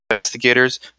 Investigators